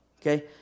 Okay